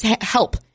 Help